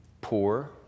poor